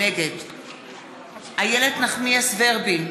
נגד איילת נחמיאס ורבין,